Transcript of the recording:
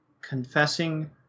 confessing